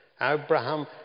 Abraham